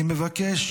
אני מבקש,